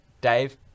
Dave